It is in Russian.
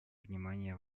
внимания